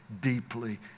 deeply